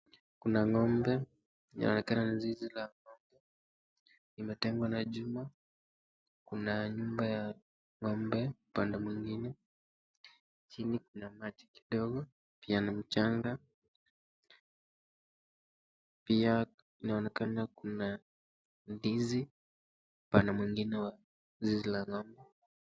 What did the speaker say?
Kuna ng'ombe inaonekana ni zizi la ng'ombe, imejengwa na chuma kuna nyumba ya ng'ombe upande mwingine , chini kuna maji kidogo pia na mchanga , pia inaonekana kuna ndizi upande mwingine wa zizi la ng'ombe.